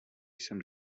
jsem